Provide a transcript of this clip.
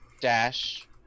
dash